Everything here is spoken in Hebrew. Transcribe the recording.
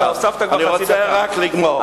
אתה הוספת כבר, אני רוצה רק לגמור.